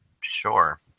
Sure